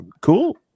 Cool